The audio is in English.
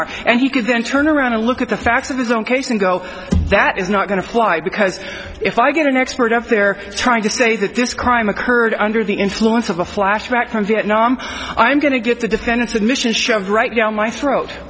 seminar and he could then turn around and look at the facts of his own case and go that is not going to apply because if i get an expert up there trying to say that this crime occurred under the influence of a flashback from vietnam i'm going to get the defendant's admission shove right down my throat